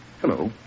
Hello